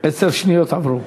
עשר שניות עברו.